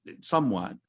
somewhat